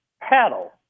paddle